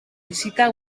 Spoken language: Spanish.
visita